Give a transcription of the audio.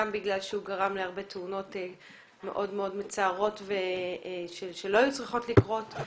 גם בגלל שהוא גרם להרבה תאונות מאוד מאוד מצערות שלא היו צריכות לקרות,